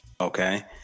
Okay